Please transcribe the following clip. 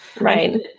Right